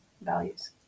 values